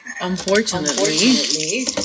Unfortunately